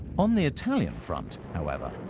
on the italian front, however,